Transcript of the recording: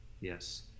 yes